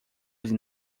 then